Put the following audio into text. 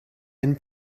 and